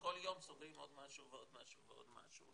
כל יום סוגרים עוד משהו ועוד משהו ועוד משהו.